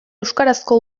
euskarazko